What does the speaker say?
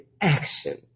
action